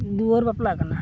ᱫᱩᱣᱟᱹᱨ ᱵᱟᱯᱞᱟ ᱠᱟᱱᱟ